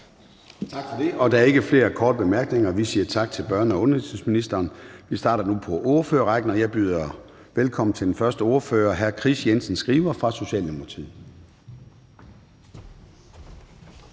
Tak for det, og der er ikke flere korte bemærkninger. Vi siger tak til børne- og undervisningsministeren. Vi starter nu på ordførerrækken, og jeg byder velkommen til den første ordfører, hr. Kris Jensen Skriver fra Socialdemokratiet.